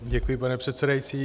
Děkuji, pane předsedající.